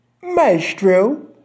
Maestro